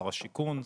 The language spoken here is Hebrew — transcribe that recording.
שר השיכון,